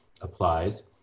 applies